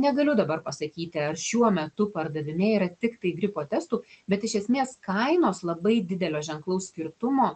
negaliu dabar pasakyti ar šiuo metu pardavinėja yra tiktai gripo testų bet iš esmės kainos labai didelio ženklaus skirtumo